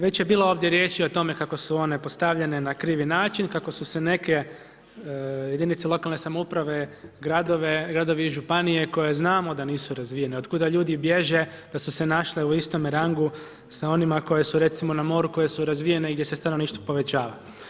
Već je bilo riječi ovdje o tome kako su one postavljene na krivi način, kako su se neke jedinica lokalne samouprave, gradovi i županije koje znamo da nisu razvijene, od kuda ljudi bježe da su se našle u istome rangu sa onima koje su recimo na moru, koje su razvijene i gdje se stanovništvo povećava.